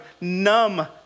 numb